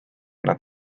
nad